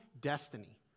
destiny